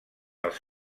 els